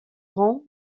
rang